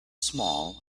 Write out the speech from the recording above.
small